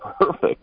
perfect